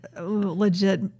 legit